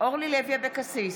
אורלי לוי אבקסיס,